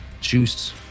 Juice